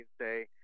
say